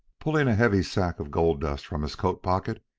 pulling a heavy sack of gold-dust from his coat pocket,